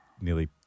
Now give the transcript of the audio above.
nearly